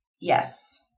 Yes